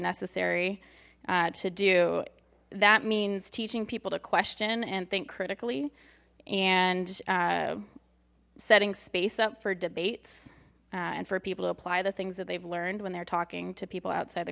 necessary to do that means teaching people to question and think critically and setting space up for debates and for people to apply the things that they've learned when they're talking to people outside the